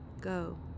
Go